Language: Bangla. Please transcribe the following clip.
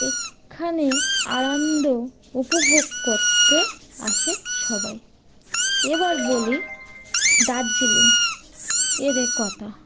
এখানে আনন্দ উপভোগ করতে আসে সবাই এবার বলি দার্জিলিং এর কথা